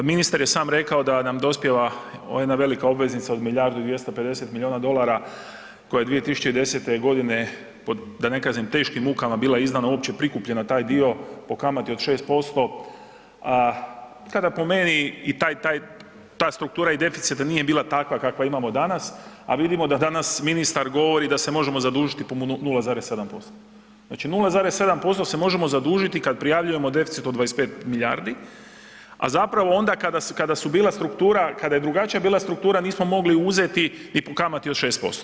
Ministar jesam rekao da nam dospijeva jedna velika obveznica od milijardu i 250 milijuna dolara koje je 2010. g. pod da ne kažem teškim mukama bila izdana uopće prikupljena taj dio, po kamati od 6%, kada po meni i ta struktura i deficit nije bila takva kakvu imamo danas a vidimo da danas ministar govori da se možemo zadužiti po 0,7% Znači 0,7% se možemo zadužiti kad prijavljujemo deficit od 25 milijardi a zapravo onda kada su bila struktura, kada je bila drugačija struktura, nismo mogli uzeti ni po kamati od 6%